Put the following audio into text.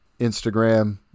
Instagram